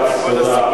אל תפריע לי.